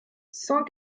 cent